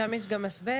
שם יש גם אסבסט.